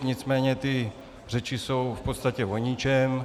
Nicméně ty řeči jsou v podstatě o ničem.